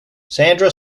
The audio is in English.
sandra